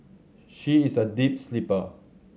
she is a deep sleeper